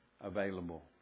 available